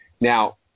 Now